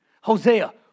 Hosea